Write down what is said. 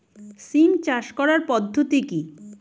সিম চাষ করার পদ্ধতি কী?